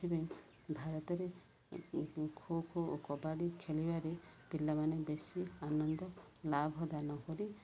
ଭାରତରେ ଖୋଖୋ ଓ କବାଡ଼ି ଖେଳିବାରେ ପିଲାମାନେ ବେଶୀ ଆନନ୍ଦ ଲାଭଦାନ କରି